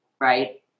right